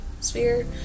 sphere